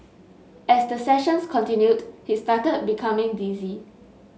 as the sessions continued he started becoming dizzy